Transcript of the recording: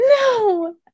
no